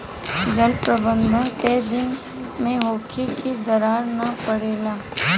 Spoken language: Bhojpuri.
जल प्रबंधन केय दिन में होखे कि दरार न परेला?